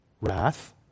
wrath